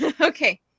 Okay